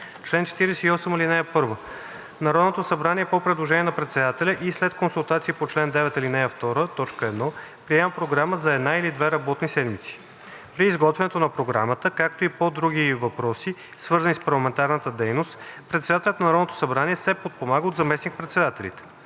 „Чл. 48. (1) Народното събрание по предложение на председателя и след консултациите по чл. 9, ал. 2, т. 1 приема програма за една или две работни седмици. При изготвянето на програмата, както и по други въпроси, свързани с парламентарната дейност, председателят на Народното събрание се подпомага от заместник-председателите.